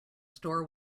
store